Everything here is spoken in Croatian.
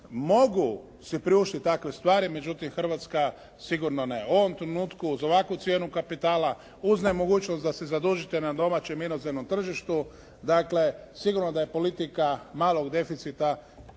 mogu si priuštiti takve stvari, međutim Hrvatska sigurno ne. U ovom trenutku uz ovakvu cijenu kapitala, uz nemogućnost da se zadužite na domaćem inozemnom tržištu, dakle sigurno da je politika malog deficita